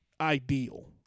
ideal